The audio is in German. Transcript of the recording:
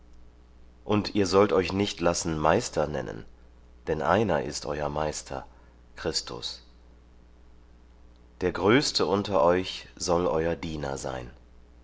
und ihr sollt euch nicht lassen meister nennen denn einer ist euer meister christus der größte unter euch soll euer diener sein